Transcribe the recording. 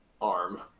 arm